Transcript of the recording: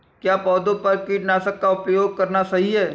क्या पौधों पर कीटनाशक का उपयोग करना सही है?